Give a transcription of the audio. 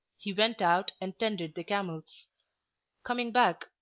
he went out and tended the camels coming back,